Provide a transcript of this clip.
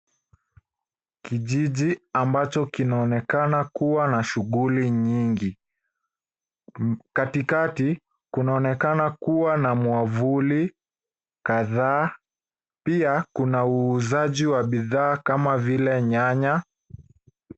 Kijiji ambacho kinaonekana kuwa na shughuli nyingi. Katikati kunaonekana kuwa na mwavuli kadhaa pia kuna uuzaji wa bidhaa kama vile nyanya.